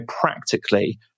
practically